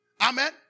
Amen